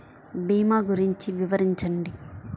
భీమా గురించి వివరించండి?